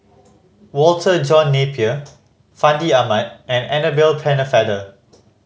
Walter John Napier Fandi Ahmad and Annabel Pennefather